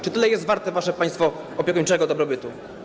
Czy tyle jest warte wasze państwo opiekuńczego dobrobytu?